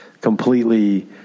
completely